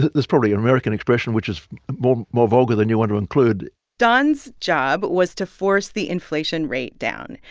there's probably an american expression which is more more vulgar than you want to include don's job was to force the inflation rate down.